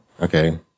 Okay